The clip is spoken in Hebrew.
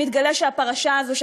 אם יתגלה שהפרשה הזאת,